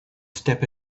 step